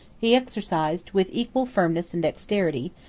he exercised, with equal firmness and dexterity,